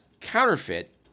counterfeit